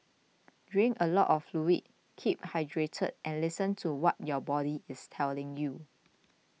drink a lot of fluid keep hydrated and listen to what your body is telling you